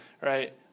Right